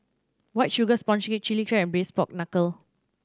White Sugar Sponge Cake Chili Crab and Braised Pork Knuckle